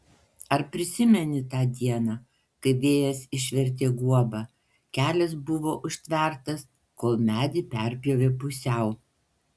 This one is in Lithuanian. ar prisimeni tą dieną kai vėjas išvertė guobą kelias buvo užtvertas kol medį perpjovė pusiau